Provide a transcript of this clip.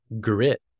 grit